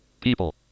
People